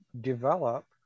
develop